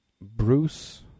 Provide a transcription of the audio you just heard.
Bruce